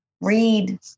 read